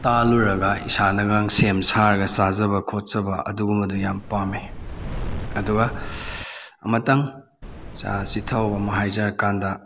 ꯇꯥꯜꯂꯨꯔꯒ ꯏꯁꯥꯅꯒ ꯁꯦꯝ ꯁꯥꯔꯒ ꯆꯥꯖꯕ ꯈꯣꯠꯆꯕ ꯑꯗꯨꯒꯨꯝꯕꯗꯨ ꯌꯥꯝ ꯄꯥꯝꯏ ꯑꯗꯨꯒ ꯑꯃꯇꯪ ꯆꯥꯁꯤ ꯊꯛꯎ ꯑꯃꯨꯛ ꯍꯥꯏꯖꯔ ꯀꯥꯟꯗ